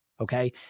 Okay